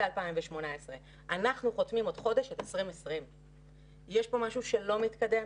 2018. אנחנו חותמים עוד חודש את 2020. יש פה משהו שלא מתקדם.